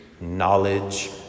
knowledge